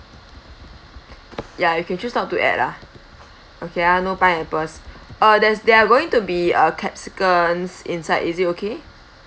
ya you can choose not to add lah okay ah no pineapples uh there's there are going to be uh capsicums inside is it okay